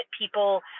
people